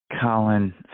Colin